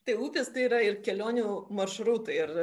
tai upės tai yra ir kelionių maršrutai ir